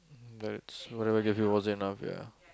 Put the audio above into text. that's whatever I give you wasn't enough ya